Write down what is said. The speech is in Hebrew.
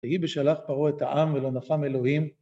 ויהי בשלח פרעה את העם ונחם אלוהים